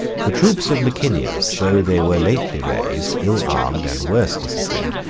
the troops of licinius, though they were lately raised, ill armed, and worse disciplined,